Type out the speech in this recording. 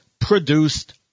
produced